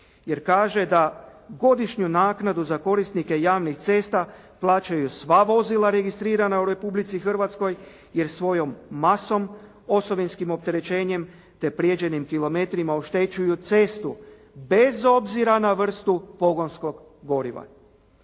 Jer kaže da godišnju naknadu za korisnike javnih cesta, plaćaju sva vozila registrirana u Republici Hrvatskoj, jer svojom masom osovinskim opterećenjem, te prijeđenim kilometrima oštećuju cestu, bez obzira na vrstu pogonskog goriva.